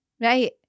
Right